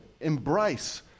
embrace